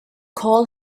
call